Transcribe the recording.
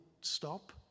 stop